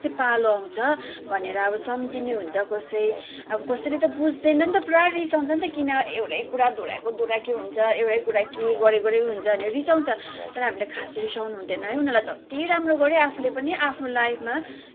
पालो आउँछ भनेर अब सम्झिने हुन्छ कसै अब कसैले त बुझ्दैन नि त पुरा रिसाउँछ नि त किन एउटै कुरा दोहोऱ्याएको दोहोऱ्याएकै हुन्छ एउटै कुरा के गऱ्यो गरेको हुन्छ भनेर रिसाउँछ तर हामीले खास रिसाउनु हुँदैन है उनीहरूलाई जति राम्रो गऱ्यो आफूले पनि आफ्नो लाइफमा